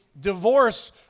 divorce